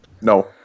No